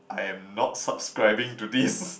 I'm not subscribing to this